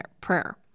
prayer